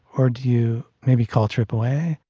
or do you maybe call aaa?